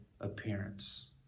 appearance